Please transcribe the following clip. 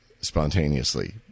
spontaneously